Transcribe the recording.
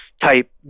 type